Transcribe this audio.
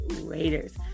Raiders